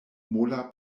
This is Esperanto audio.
mola